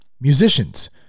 Musicians